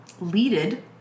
leaded